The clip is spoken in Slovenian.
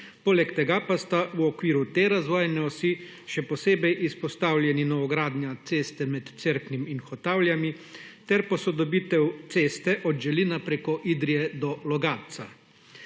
Poleg tega pa sta v okviru te razvojne osi še posebej izpostavljeni novogradnja ceste med Cerknim in Hotavljami, ter posodobitev ceste od Želina preko Idrije do Logatca.